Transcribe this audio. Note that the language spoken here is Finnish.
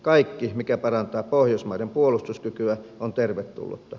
kaikki mikä parantaa pohjoismaiden puolustuskykyä on tervetullutta